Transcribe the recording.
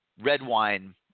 Redwine